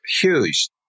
huge